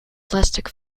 plastic